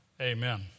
Amen